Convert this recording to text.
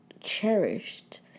cherished